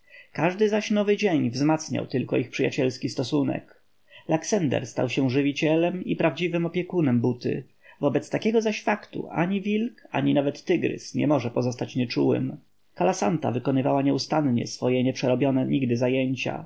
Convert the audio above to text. każdy zaś nowy dzień wzmacniał tylko ich przyjacielski stosunek laksender stał się żywicielem i prawdziwym opiekunem buty wobec takiego zaś faktu ani wilk ani nawet tygrys nie może pozostać nieczułym kalasanta wykonywała nieustannie swoje nieprzerobione nigdy zajęcia